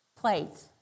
plates